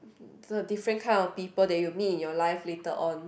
the different kind of people that you meet in your life later on